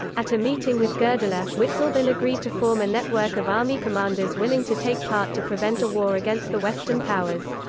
at a meeting with goerdeler, witzleben agreed to form a network of army commanders willing to take part to prevent a war against the western powers.